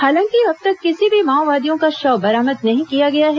हालांकि अब तक किसी भी माओवादियों का शव बरामद नहीं किया गया है